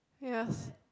yes